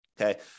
okay